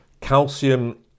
calcium